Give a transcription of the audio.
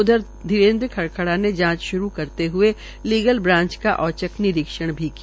उधर धरीरेन्द्र खरखड़ा ने जांच शुरू करते हए लीगत ब्रांच का औचक निरीक्षण किया